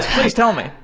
please tell me.